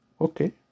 Okay